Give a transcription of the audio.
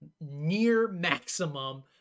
near-maximum